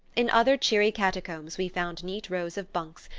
in other cheery catacombs we found neat rows of bunks,